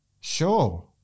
Sure